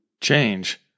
change